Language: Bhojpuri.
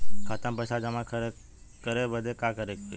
खाता मे पैसा जमा करे बदे का करे के होई?